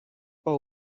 pas